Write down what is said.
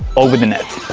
over the net.